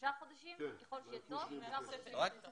שלושה חודשים וככל שיהיה צורך, עוד שלושה חודשים.